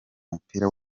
mupira